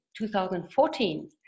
2014